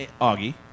Augie